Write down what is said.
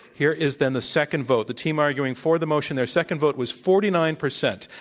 here is then the second vote. the team arguing for the motion, their second vote was forty nine percent,